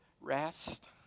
rest